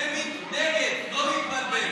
שמית, נגד, לא להתבלבל.